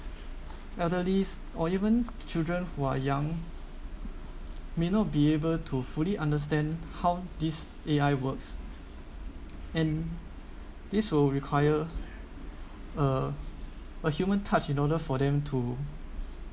elderlies or even children who are young may not be able to fully understand how this A_I works and this will require uh a human touch in order for them to